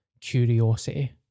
curiosity